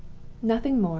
nothing more.